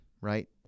right